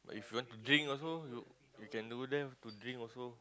if you want to drink also you you can do there to drink also